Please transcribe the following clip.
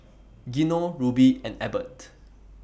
Gino Ruby and Ebert